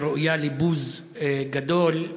והיא ראויה לבוז גדול.